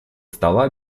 стола